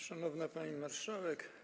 Szanowna Pani Marszałek!